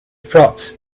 frogs